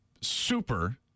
super